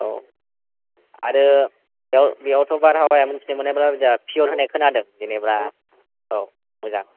औ आरो बेयाव बेयाव थ' बारहावाया मिथिनो मोनबायबा पियर होननानै खोनादों जेन'बा औ मोजां